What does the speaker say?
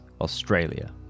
Australia